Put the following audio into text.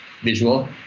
visual